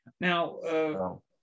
now